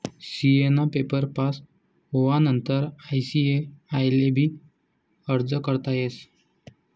CA ना paper pass होवानंतर ICAI ले भी अर्ज करता येस